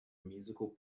musical